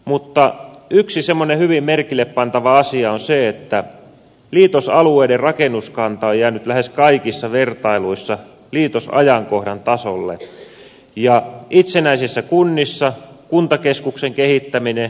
mutta yksi semmoinen hyvin merkillepantava asia on se että liitosalueiden rakennuskanta on jäänyt lähes kaikissa vertailuissa liitosajankohdan tasolle ja itsenäisissä kunnissa kuntakeskuksen kehittäminen on ollut jatkuvaa